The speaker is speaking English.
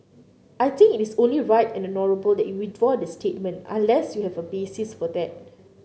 I think it is only right and honourable that you withdraw the statement unless you have a basis for that